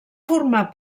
formar